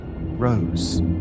Rose